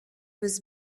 was